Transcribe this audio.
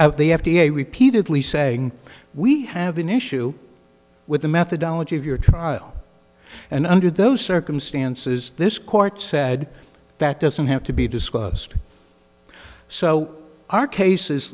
a the f d a repeatedly saying we have an issue with the methodology of your trial and under those circumstances this court said that doesn't have to be discussed so our case